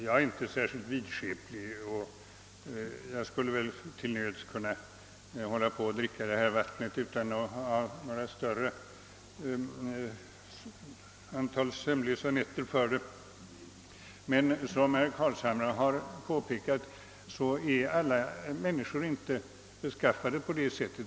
Jag är inte särskilt vidskeplig, och jag skulle väl till nöds kunna hålla på och dricka detta vatten utan att få något större antal sömnlösa nätter för det, men, som herr Carlshamre påpekade, inte alla människor är beskaffade på det sättet.